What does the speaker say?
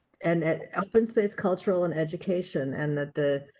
and and open space, cultural and education and that the,